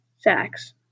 sacks